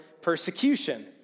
persecution